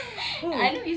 who